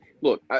look